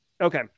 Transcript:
Okay